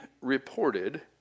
reported